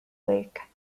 lake